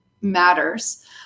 matters